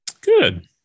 Good